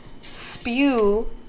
spew